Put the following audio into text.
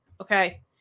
okay